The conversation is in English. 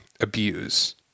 abuse